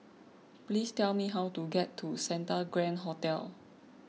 please tell me how to get to Santa Grand Hotel